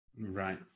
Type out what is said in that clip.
right